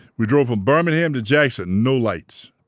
we drove from birmingham to jackson no lights.